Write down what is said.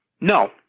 No